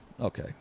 Okay